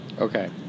Okay